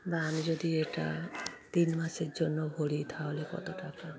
বা আমি যদি এটা তিন মাসের জন্য ভরি তাহলে কত টাকা